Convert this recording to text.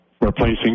replacing